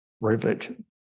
religion